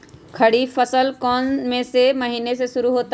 खरीफ फसल कौन में से महीने से शुरू होता है?